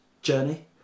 journey